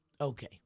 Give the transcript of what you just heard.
okay